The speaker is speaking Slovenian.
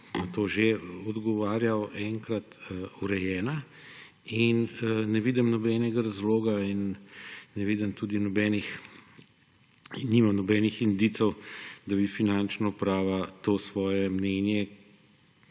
na to že odgovarjal enkrat – urejena in ne vidim nobenega razloga in nimam nobenih indicev, da bi Finančna uprava to svoje mnenje